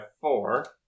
four